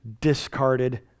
discarded